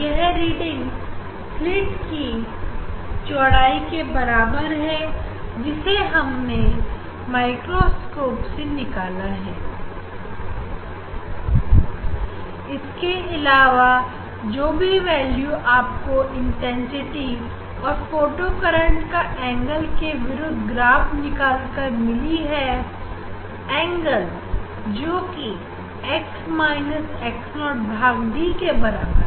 यह रीडिंग सिलिट लाई है जिसे हमने माइक्रोस्कोप से निकाला है इसके अलावा जो भी वैल्यू आपको इंटेंसिटी और फोटो करंट का एंगल के विरुद्ध ग्राफ निकालकर मिली है एंगल जोकि x x0 भाग D के बराबर है